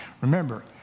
remember